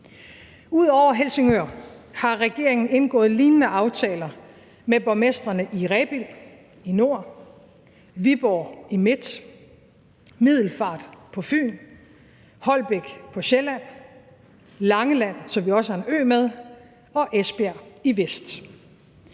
Ud over Helsingør har regeringen indgået lignende aftaler med borgmestrene i Rebild i nord, Viborg i midt, Middelfart på Fyn, Holbæk på Sjælland, Langeland, så vi også har en ø med, og Esbjerg i vest